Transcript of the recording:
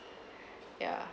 yeah